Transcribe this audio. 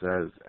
says